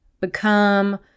become